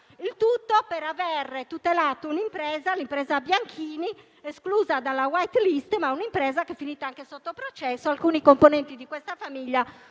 il tutto per avere tutelato un'impresa (l'impresa Bianchini) esclusa dalla *white list,* ma che è finita anche sotto processo tanto che alcuni componenti di questa famiglia